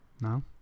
No